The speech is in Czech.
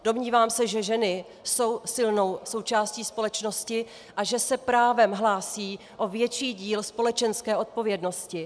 Domnívám se, že ženy jsou silnou součástí společnosti a že se právem hlásí o větší díl společenské odpovědnosti.